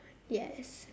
yes